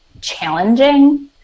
challenging